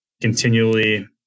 continually